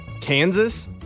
Kansas